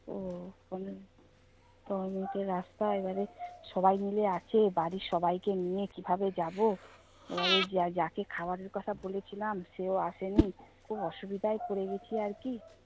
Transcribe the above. ও রাস্তা এবারে সবাই মিলে আছে বাড়ির সবাইকে নিয়ে কীভাবে যাব এবারে যাকে খাবারের কথা বলেছিলাম সেও আসেনি খুব অসুবিধায় পড়ে গেছি আর কি